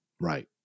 Right